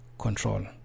control